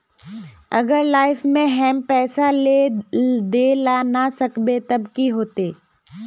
अगर लाइफ में हैम पैसा दे ला ना सकबे तब की होते?